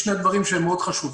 שני דברים שהם מאוד חשובים,